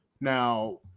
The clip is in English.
Now